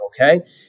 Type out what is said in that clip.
Okay